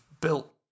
built